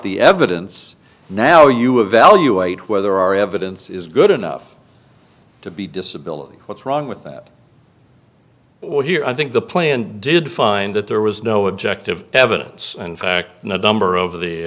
the evidence now you evaluate whether our evidence is good enough to be disability what's wrong with that or here i think the plan did find that there was no objective evidence in fact number of the